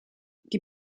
die